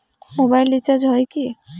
Mobile recharge হয় কি?